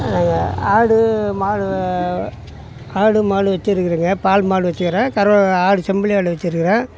நாங்கள் ஆடு மாடு ஆடு மாடு வெச்சிருக்கிறங்க பால் மாடு வெச்சிருக்கிறேன் கறவை ஆடு செம்புலி ஆடு வெச்சிருக்கிறேன்